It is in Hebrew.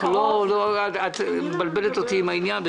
את מבלבלת אותי עם העניין.